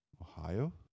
ohio